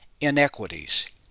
inequities